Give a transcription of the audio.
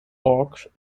orc